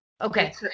Okay